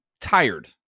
tired